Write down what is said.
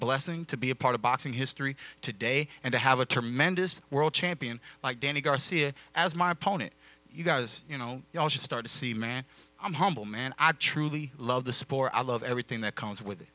blessing to be a part of boxing history today and to have a tremendous world champion like danny garcia as my opponent does you know you also start to see man i'm humble man i truly love the sport i love everything that comes with it